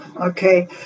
okay